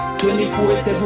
24-7